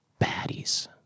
baddies